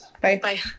Bye